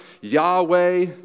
Yahweh